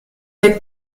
der